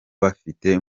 bafite